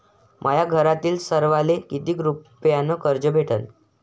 माह्या घरातील सर्वाले किती रुप्यान कर्ज भेटन?